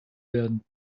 werden